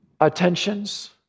attentions